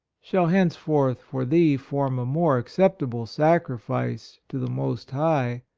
shall henceforth for thee form a more acceptable sacrifice to the most high,